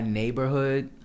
neighborhood